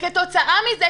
כתוצאה מזה,